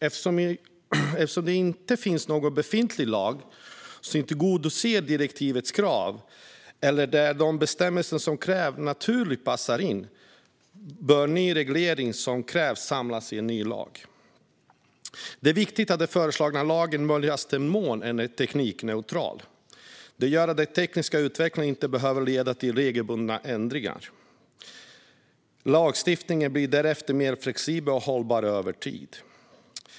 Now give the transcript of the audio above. Eftersom det inte finns någon befintlig lag som tillgodoser direktivets krav eller där de bestämmelser som krävs naturligt passar in bör ny reglering som krävs samlas i en ny lag. Det är viktigt att den föreslagna lagen i möjligaste mån är teknikneutral. Det gör att den tekniska utvecklingen inte behöver leda till regelbundna ändringar. Lagstiftningen blir därför mer flexibel och hållbar över tid.